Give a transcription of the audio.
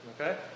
okay